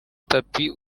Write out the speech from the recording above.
tapi